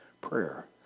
prayer